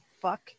fuck